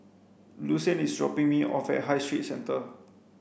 Lucian is dropping me off at High Street Centre